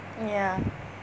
ya